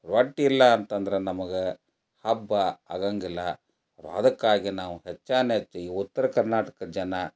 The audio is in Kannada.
ರೊಟ್ಟಿ ಇಲ್ಲ ಅಂತಂದ್ರೆ ನಮಗೆ ಹಬ್ಬ ಆದಂಗಿಲ್ಲ ಅದಕ್ಕಾಗಿ ನಾವು ಹೆಚ್ಚಾನೆಚ್ಚು ಈ ಉತ್ತರ ಕರ್ನಾಟಕ ಜನ